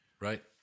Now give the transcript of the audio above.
right